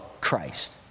Christ